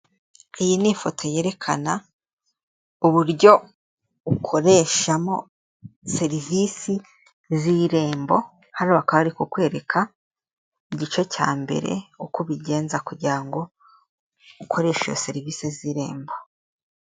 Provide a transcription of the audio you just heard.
Iyi ni ifoto yerekana uburyo ukoreshamo serivisi z'irembo hano baka bari kukwereka igice cya mbere uko ubigenza kugira ngo ukoreshe iyo serivisi z'irembo.